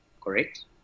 Correct